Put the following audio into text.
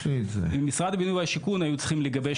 משרד הבינוי והשיכון היו צריכים לגבש